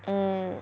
mm